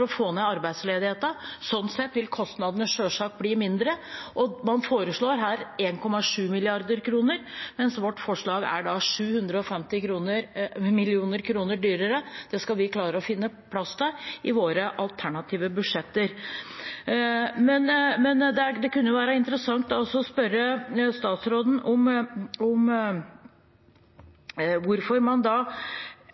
å få ned arbeidsledigheten. Sånn sett vil kostnadene sjølsagt bli mindre. Man foreslår her 1,7 mrd. kr, mens vårt forslag er 750 mill. kr dyrere. Det skal vi klare å finne plass til i våre alternative budsjetter. Men det kunne være interessant å spørre statsråden